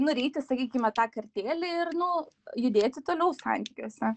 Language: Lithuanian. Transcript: nuryti sakykime tą kartėlį ir nu judėti toliau santykiuose